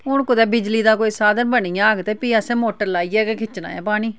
हून कोई कुतै बिजली दा कोई साधन बनी जाह्ग ते फ्ही असें मोटर लाइयै गै खिच्चना ऐ पानी